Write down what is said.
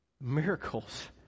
Miracles